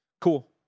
cool